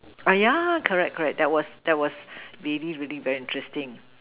ah yeah correct correct that was that was really really very interesting